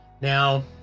Now